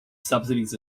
subsidies